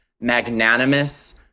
magnanimous